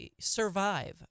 survive